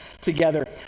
together